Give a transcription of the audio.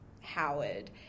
Howard